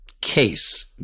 case